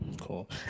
cool